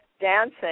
dancing